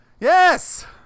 Yes